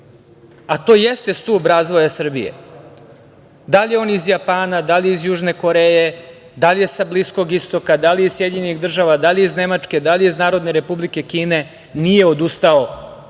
a to jeste stub razvoja Srbije, da li je on iz Japana, da li je iz Južne Koreje, da li je sa Bliskog Istoka, da li je iz SAD, da li je iz Nemačke, da li je iz Narodne Republike Kine, nije odustao od